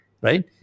right